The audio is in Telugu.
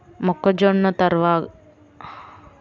మొక్కజోన్న త్వరగా పెరగాలంటే ఏమి చెయ్యాలి?